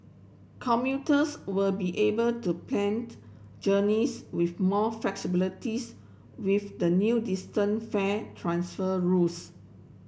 commuters will be able to plant journeys with more flexibilities with the new distant fare transfer rules